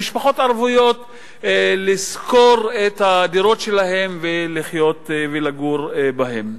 ערבים או למשפחות ערביות לשכור את הדירות שלהם ולחיות ולגור בהן.